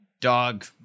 dog